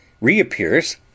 reappears